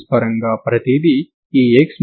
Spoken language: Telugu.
ఇప్పుడు దీని నుండి dK